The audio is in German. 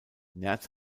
nerz